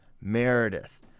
Meredith